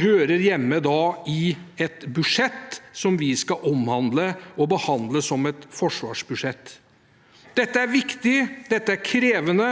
hører hjemme i et budsjett som vi skal behandle som et forsvarsbudsjett. Dette er viktig, dette er krevende,